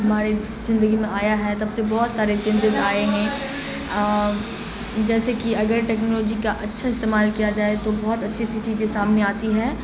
ہمارے زندگی میں آیا ہے تب سے بہت سارے چینجز آئے ہیں اور جیسے کہ اگر ٹیکنالوجی کا اچھا استعمال کیا جائے تو بہت اچھی اچھی چیزیں سامنے آتی ہے